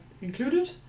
included